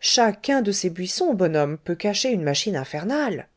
chacun de ces buissons bonhomme peut cacher une machine infernale